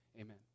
Amen